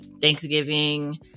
Thanksgiving